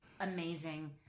amazing